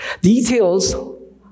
Details